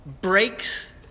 breaks